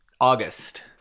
August